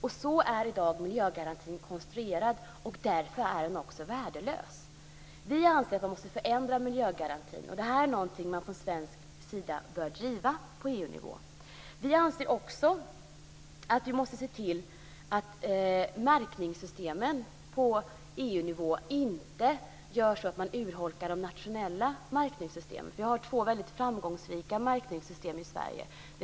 På detta sätt är miljögarantin i dag konstruerad, och därför är den också värdelös. Vi anser att man måste förändra miljögarantin. Och detta är något som man från svensk sida bör driva på EU nivå. Vi anser också att vi måste se till att märkningssystemen på EU-nivå inte urholkar de nationella märkningssystemen. Vi har två väldigt framgångsrika märkningssystem i Sverige.